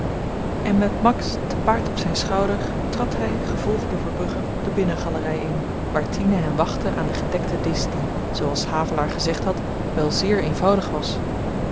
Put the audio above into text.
en met max te paard op zyn schouder trad hy gevolgd door verbrugge de binnengalery in waar tine hen wachtte aan den gedekten disch die zooals havelaar gezegd had wel zeer eenvoudig was